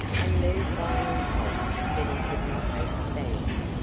and moved by an impulse that he could not withstand.